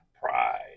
Pride